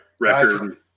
record